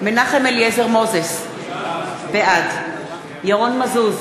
מנחם אליעזר מוזס, בעד ירון מזוז,